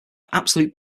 absolute